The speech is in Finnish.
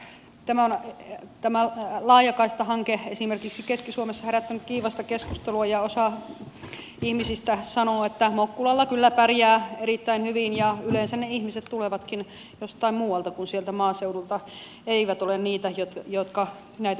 tämä laajakaistahanke on esimerkiksi keski suomessa herättänyt kiivasta keskustelua ja osa ihmisistä sanoo että mokkulalla kyllä pärjää erittäin hyvin ja yleensä ne ihmiset tulevatkin jostain muualta kuin sieltä maaseudulta eivät ole niitä jotka näitä yhteyksiä käyttävät